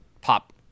pop